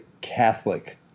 Catholic